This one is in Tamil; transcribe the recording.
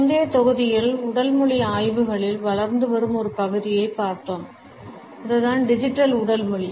முந்தைய தொகுதியில் உடல் மொழி ஆய்வுகளில் வளர்ந்து வரும் ஒரு பகுதியைப் பார்த்தோம் அதுதான் டிஜிட்டல் உடல் மொழி